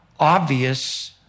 Obvious